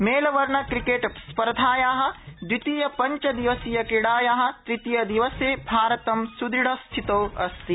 Melbourne क्रिकेटस्पर्धाया द्वितीयपञ्चदिवसीयक्रीडाया तृतीयदिवसे भारतं सुदृढ़स्थितौ अस्ति